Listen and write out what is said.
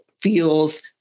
feels